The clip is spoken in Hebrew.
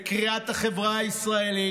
בקריאת החברה הישראלית.